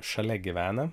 šalia gyvena